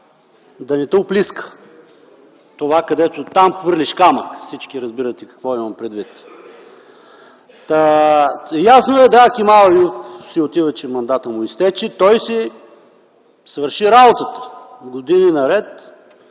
да не те оплиска това, където хвърляш камъка. Всички разбирате какво имам предвид. Да, ясно е, Кемал Еюп си отива, че мандатът му изтече. Той си свърши работата години наред.